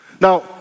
Now